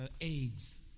AIDS